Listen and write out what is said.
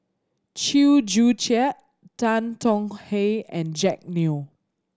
Chew Joo Chiat Tan Tong Hye and Jack Neo